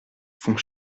font